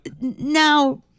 now